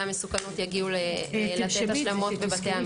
המסוכנות יגיעו לעשות השלמות בבתי המשפט.